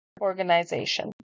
organization